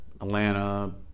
Atlanta